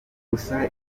gusa